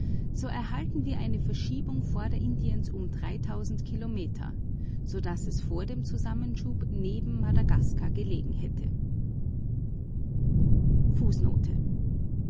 so erhalten wir eine verschiebung vor der indiens und kilometer so daß es vor dem zusammenschub neben madagaskar gelegen hätte